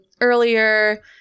earlier